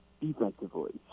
defensively